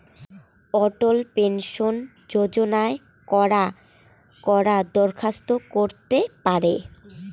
অটল pension যোজনায় কারা কারা দরখাস্ত করতে পারে?